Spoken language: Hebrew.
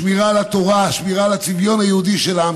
שמירה על התורה, שמירה על הצביון היהודי של העם